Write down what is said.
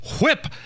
Whip